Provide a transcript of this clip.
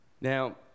Now